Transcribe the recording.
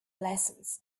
lessons